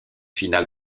finale